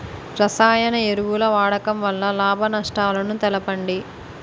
రసాయన ఎరువుల వాడకం వల్ల లాభ నష్టాలను తెలపండి?